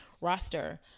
roster